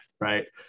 right